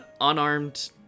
unarmed